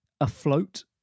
afloat